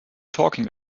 talking